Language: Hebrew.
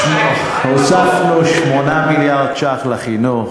הוספנו 8 מיליארד ש"ח לחינוך,